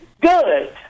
Good